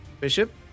Bishop